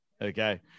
Okay